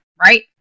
right